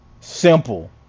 simple